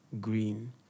green